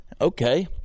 okay